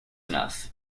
enough